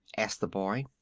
asked the boy.